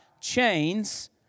chains